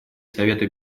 совета